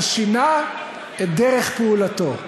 אבל שינה את דרך פעולתו.